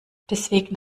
deswegen